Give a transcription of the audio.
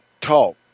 talk